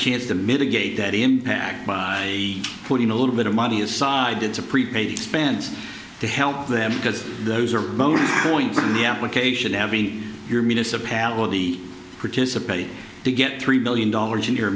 chance to mitigate that impact by putting a little bit of money aside it's a prepaid expense to help them because those are both point yeah ok should have been your municipality participate to get three billion dollars in your